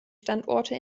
standorte